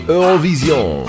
Eurovision